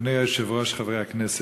אדוני היושב-ראש, חברי הכנסת,